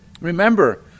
Remember